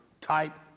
type